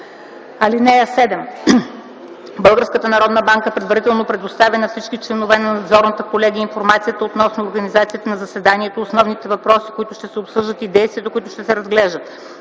3 и 4. (7) Българската народна банка предварително предоставя на всички членове на надзорната колегия информацията относно организацията на заседанието, основните въпроси, които ще се обсъждат, и действията, които ще се разглеждат.